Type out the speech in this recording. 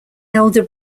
elder